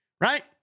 right